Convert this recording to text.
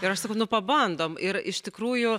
ir aš sakau nu pabandom ir iš tikrųjų